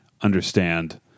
understand